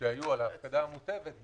פחות כסף לחודש.